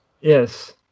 Yes